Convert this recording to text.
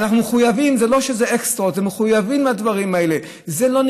אנחנו מחויבים לדברים האלה, זה לא אקסטרות.